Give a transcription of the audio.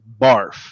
Barf